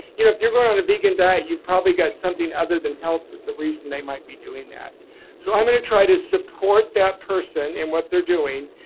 you know you're going on a vegan diet, you've probably got something other than health that the reason they might be doing that so i'm going to try to support that person in what they're doing,